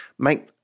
Make